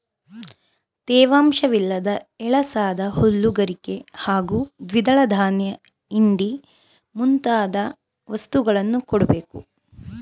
ತೇವಾಂಶವಿಲ್ಲದ ಎಳಸಾದ ಹುಲ್ಲು ಗರಿಕೆ ಹಾಗೂ ದ್ವಿದಳ ಧಾನ್ಯ ಹಿಂಡಿ ಮುಂತಾದ ವಸ್ತುಗಳನ್ನು ಕೊಡ್ಬೇಕು